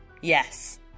Yes